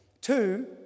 Two